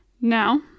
now